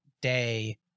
day